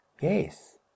Yes